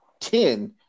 ten